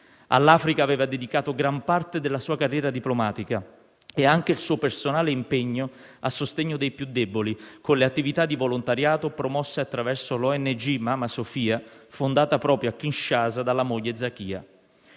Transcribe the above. All'Africa aveva dedicato gran parte della sua carriera diplomatica e anche il suo personale impegno a sostegno dei più deboli con le attività di volontariato promosse attraverso l'ONG MAMA Sofia, fondata proprio a Kinshasa dalla moglie Zakia.